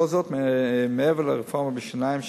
כל זאת מעבר לרפורמה בשיניים,